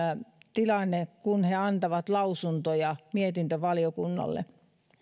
tilanne kun he antavat lausuntoja mietintövaliokunnalle